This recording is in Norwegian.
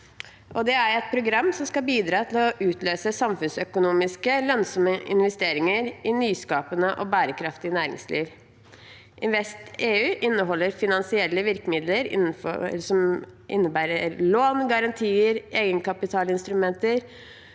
Det er et program som skal bidra til å utløse samfunnsøkonomisk lønnsomme investeringer i nyskapende og bærekraftig næringsliv. InvestEU inneholder finansielle virkemidler, som innebærer lån, garantier og egenkapitalinstrumenter